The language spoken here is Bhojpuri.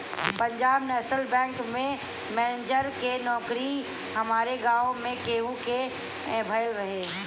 पंजाब नेशनल बैंक में मेनजर के नोकरी हमारी गांव में केहू के भयल रहे